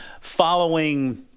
following